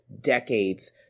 decades